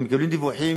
הם מקבלים דיווחים